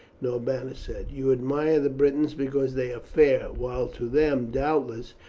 norbanus said. you admire the britons because they are fair, while to them, doubtless,